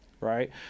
right